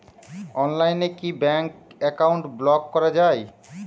অনলাইনে কি bank account block করা য়ায়?